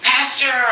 Pastor